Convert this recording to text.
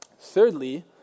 Thirdly